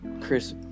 Chris